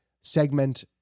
segment